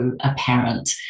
apparent